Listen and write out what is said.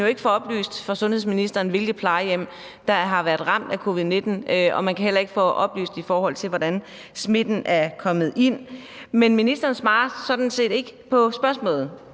kan man ikke få oplyst af sundhedsministeren, hvilke plejehjem der har været ramt af covid-19, og man kan heller ikke få oplyst, hvordan smitten er kommet ind. Men ministeren svarer sådan set ikke på spørgsmålet,